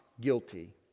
guilty